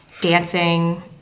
dancing